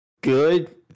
good